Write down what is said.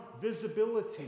visibility